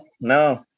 no